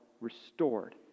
restored